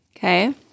Okay